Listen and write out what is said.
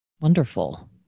Wonderful